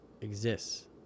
exists